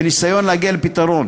בניסיון להגיע לפתרון.